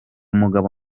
mugabo